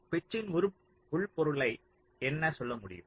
பிட்சின் உட்பொருளை என்ன சொல்ல முடியும்